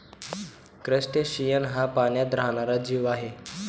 crustacean हा पाण्यात राहणारा जीव आहे